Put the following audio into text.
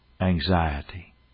Anxiety